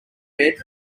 bed